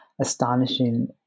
astonishing